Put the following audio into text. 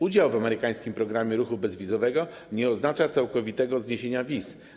Udział w amerykańskim programie ruchu bezwizowego nie oznacza całkowitego zniesienia wiz.